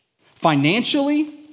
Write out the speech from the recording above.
Financially